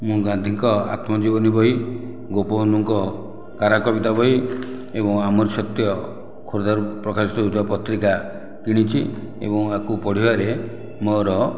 ମୁଁ ଗାନ୍ଧୀଙ୍କ ଆତ୍ମଜୀବନୀ ବହି ଗୋପବନ୍ଧୁଙ୍କ କାରାକବିତା ବହି ଏବଂ ଆମରି ସତ୍ୟ ଖୋର୍ଦ୍ଧାରୁ ପ୍ରକାଶିତ ହେଇଥିବା ପତ୍ରିକା କିଣିଛି ଏବଂ ୟାକୁ ପଢ଼ିବାରେ ମୋର